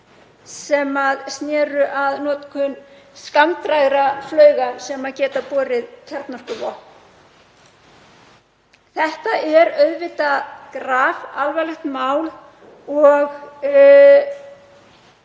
sem sneru að notkun skammdrægra flauga sem geta borið kjarnorkuvopn. Þetta er auðvitað grafalvarlegt mál og